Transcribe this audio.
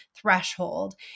threshold